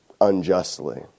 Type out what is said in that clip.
unjustly